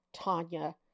Tanya